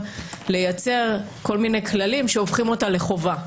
לייצר כל מיני כללים שהופכים אותה לחובה,